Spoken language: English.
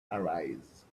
arise